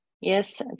yes